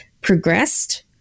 progressed